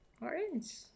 Orange